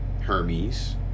Hermes